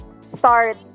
start